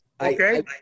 okay